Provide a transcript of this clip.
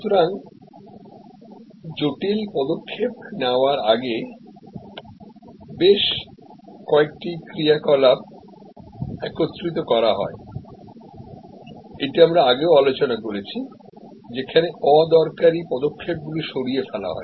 সুতরাং জটিল পদক্ষেপ নেওয়ার আগে বেশ কয়েকটি ক্রিয়াকলাপ একত্রিত করা হয় এটি আমরা আগেও আলোচনা করেছি যেখানে অদরকারী পদক্ষেপগুলি সরিয়ে ফেলাহয়